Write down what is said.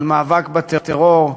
על מאבק בטרור,